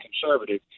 conservative